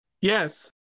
Yes